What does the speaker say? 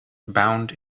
bound